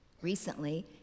Recently